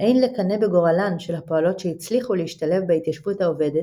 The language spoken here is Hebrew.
"אין לקנא בגורלן" של הפועלות שהצליחו להשתלב בהתיישבות העובדת,